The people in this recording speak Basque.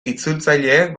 itzultzaileek